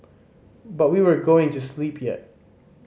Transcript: but we weren't going to sleep yet